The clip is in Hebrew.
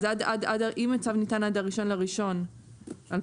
אז אם הצו ניתן עד ה-1 בינואר 2025,